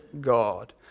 God